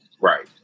Right